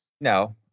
No